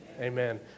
Amen